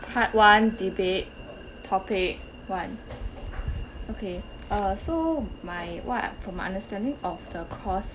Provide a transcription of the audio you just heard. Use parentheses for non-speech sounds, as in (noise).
part one debate topic one (noise) okay uh so my what from my understanding of the cross